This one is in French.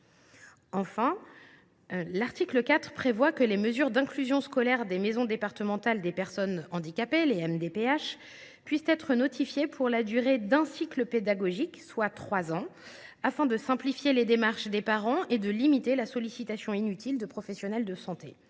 4 du texte prévoit que les mesures d’inclusion scolaire des maisons départementales des personnes handicapées (MDPH) puissent être notifiées pour la durée d’un cycle pédagogique, soit trois ans, afin de simplifier les démarches des parents et de limiter la sollicitation inutile de professionnels de santé.